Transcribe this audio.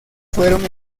fueron